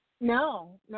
No